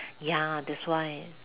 ya that's why